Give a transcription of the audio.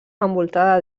envoltada